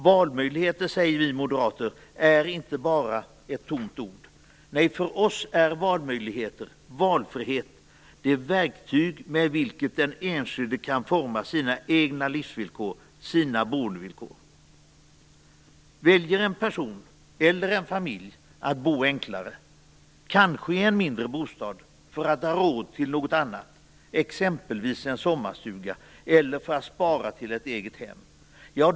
Valmöjligheter, säger vi moderater, är inte bara ett tomt ord. För oss är valmöjligheter, valfrihet, det verktyg med vilket den enskilde kan forma sina egna livsvillkor, sina egna boendevillkor. En person eller en familj kan välja att bo enklare, kanske i en mindre bostad, för att ha råd till något annat, exempelvis en sommarstuga, eller för att spara till ett eget hem.